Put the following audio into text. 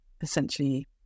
essentially